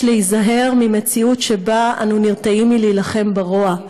להיזהר ממציאות שבה אנו נרתעים מלהילחם ברוע,